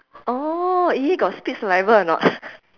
orh !ee! got spit saliva or not